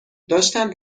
داشتم